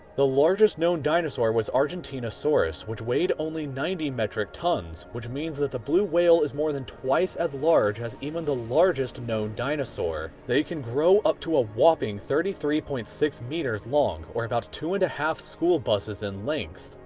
the largest known dinosaur was argentinosaurus, which weighed only ninety metric tons, which means that the blue whale is more than twice as large as even the largest known dinosaur. they can grow up to a whopping thirty three point six metres long, or about two and one two school buses in length.